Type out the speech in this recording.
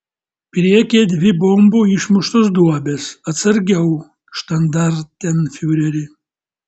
priekyje dvi bombų išmuštos duobės atsargiau štandartenfiureri